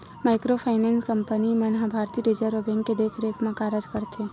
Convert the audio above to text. micro finance company मन ह भारतीय रिजर्व बेंक के देखरेख म कारज करथे